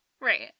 Right